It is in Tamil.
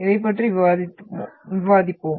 இதைப் பற்றி விவாதிப்போம்